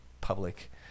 public